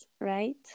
right